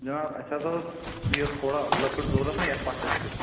جناب اَسہِ حظ ٲس یہِ تھوڑا لٔکٕر ضروٗرت نا یتھ پشس کِژ